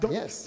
Yes